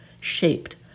shaped